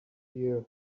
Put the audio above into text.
hear